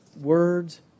words